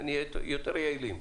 נהיה יותר יעילים.